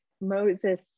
Moses